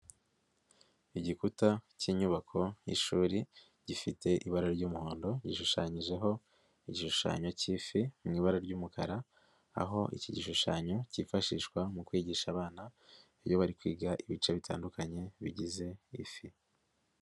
Igikuta cy'inyubako y'ishuri, gifite ibara ry'umuhondo, gishushanyijeho igishushanyo cy'ifi mu ibara ry'umukara, aho iki gishushanyo cyifashishwa mu kwigisha abana, iyo bari kwiga ibice bitandukanye bigize ifi.